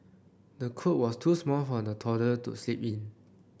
the cot was too small for the toddler to sleep in